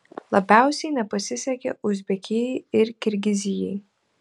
labiausiai nepasisekė uzbekijai ir kirgizijai